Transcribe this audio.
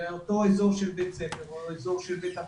באותו אזור של בית ספר או אזור של בית אבות,